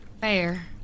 Fair